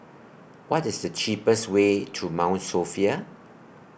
What IS The cheapest Way to Mount Sophia